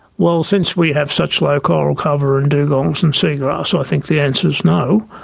well, since we have such low coral cover and dugongs and seagrass, i think the answer's no.